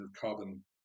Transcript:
carbon